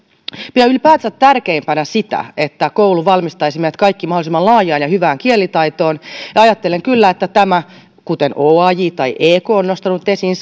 pidän ylipäätänsä tärkeimpänä sitä että koulu valmistaisi meidät kaikki mahdollisimman laajaan ja hyvään kielitaitoon ja ajattelen kyllä että kuten oaj tai ek ovat nostaneet esiin